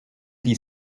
die